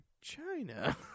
China